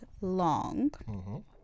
long